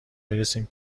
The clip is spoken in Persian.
برسیم